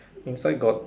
inside got